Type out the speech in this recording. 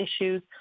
issues